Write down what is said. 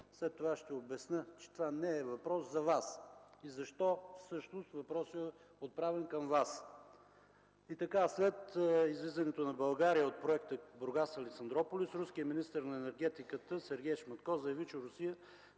след това ще обясня, че това не е въпрос за Вас и защо всъщност въпросът е отправен към Вас. След излизането на България от проекта „Бургас-Александруполис” руският министър на енергетиката Сергей Шматко заяви, че Русия ще